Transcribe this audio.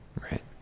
Right